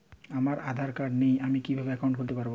আমার আধার কার্ড নেই আমি কি একাউন্ট খুলতে পারব?